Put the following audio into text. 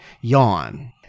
yawn